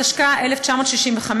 התשכ"ה 1965,